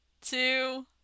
two